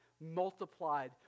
multiplied